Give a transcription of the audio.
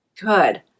Good